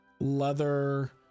leather